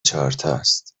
چهارتاس